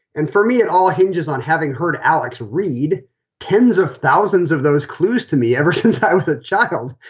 and for me, it all hinges on having heard alex read tens of thousands of those clues to me ever since i was a child.